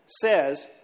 says